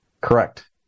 Correct